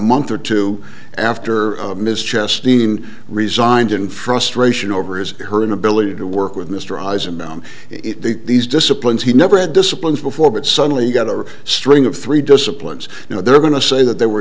month or two after ms just seemed resigned in frustration over his her inability to work with mr eyes and now these disciplines he never had disciplines before but suddenly got a string of three disciplines you know they're going to say that they were